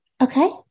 Okay